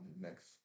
next